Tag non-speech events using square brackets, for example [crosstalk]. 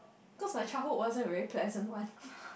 cause my childhood wasn't really pleasant one [breath]